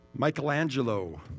Michelangelo